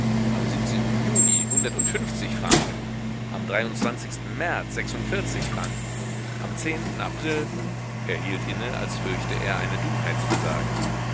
am juni hundertundfünfzig franken am märz sechsundvierzig franken am april er hielt inne als fürchte er eine dummheit zu sagen